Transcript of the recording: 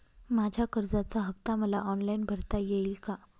माझ्या कर्जाचा हफ्ता मला ऑनलाईन भरता येईल का?